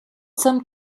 some